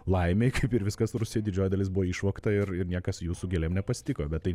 laimei kaip ir viskas rusijoj didžioji dalis buvo išvogta ir ir niekas jų su gėlėm nepasitiko bet tai